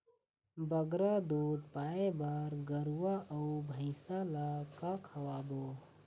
बगरा दूध पाए बर गरवा अऊ भैंसा ला का खवाबो?